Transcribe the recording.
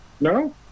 no